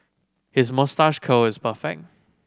his moustache curl is perfect